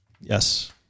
Yes